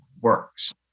works